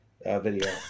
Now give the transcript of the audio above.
video